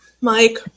Mike